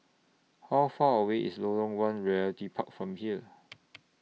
How Far away IS Lorong one Realty Park from here